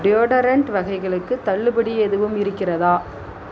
deodorant வகைகளுக்கு தள்ளுபடி எதுவும் இருக்கிறதா